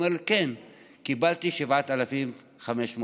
הוא אומר לי: כן, קיבלתי 7,500 שקל.